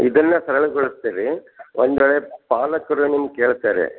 ಇದನ್ನೇ ಸರಳಗೊಳಿಸ್ತೀವಿ ಒಂದ್ವೇಳೆ ಪಾಲಕರು ನಿಮ್ಗೆ ಕೇಳ್ತಾರೆ